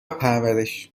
پرورش